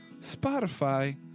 Spotify